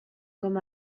com